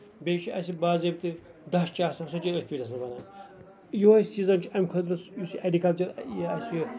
بیٚیہِ چھِ اَسہِ باضٲبِطہٕ دچھ چھِ آسان سُہ چھِ اَسہِ أتھۍ پِریٖڈَس منٛز بنان یِہوے سِیٖزَن چھُ اَمہِ خٲطرٕ یُس ایٚگرِ کلچر یہِ ہوس یہِ